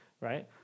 right